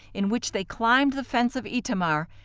in which they climbed the fence of etamar,